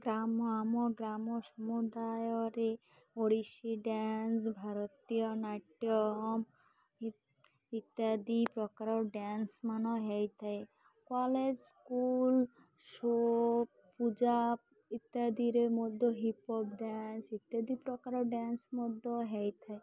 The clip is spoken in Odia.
ଗ୍ରାମ ଆମ ଗ୍ରାମ ସମୁଦାୟରେ ଓଡ଼ିଶୀ ଡ୍ୟାନ୍ସ ଭାରତୀୟ ନାଟ୍ୟମ୍ ଇତ୍ୟାଦି ପ୍ରକାର ଡ୍ୟାନ୍ସ ମାନ ହେଇଥାଏ କଲେଜ୍ ସ୍କୁଲ୍ ସପ୍ ପୂଜା ଇତ୍ୟାଦିରେ ମଧ୍ୟ ହିପ୍ହପ୍ ଡ୍ୟାନ୍ସ ଇତ୍ୟାଦି ପ୍ରକାର ଡ୍ୟାନ୍ସ ମଧ୍ୟ ହେଇଥାଏ